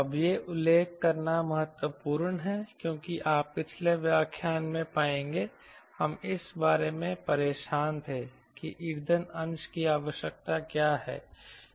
अब यह उल्लेख करना महत्वपूर्ण है क्योंकि आप पिछले व्याख्यान में पाएंगे हम इस बारे में परेशान थे कि ईंधन अंश की आवश्यकता क्या है